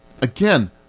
Again